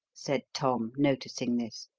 said tom, noticing this.